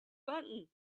button